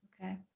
Okay